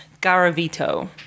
Garavito